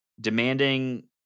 demanding